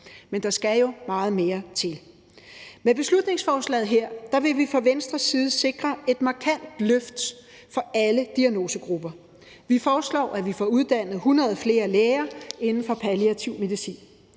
men der skal jo meget mere til. Med beslutningsforslaget her vil vi fra Venstres side sikre et markant løft for alle diagnosegrupper. Vi foreslår, at vi får uddannet 100 flere læger inden for palliativ medicin.